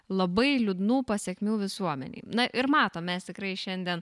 labai liūdnų pasekmių visuomenei na ir matom mes tikrai šiandien